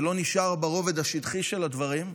ולא נשאר ברובד השטחי של הדברים.